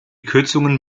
kürzungen